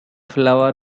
flower